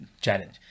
challenge